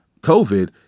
COVID